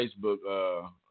Facebook